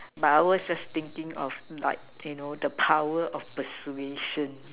powers are thinking of like you know the power of persuasion